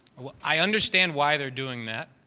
well, i understand why they're doing that.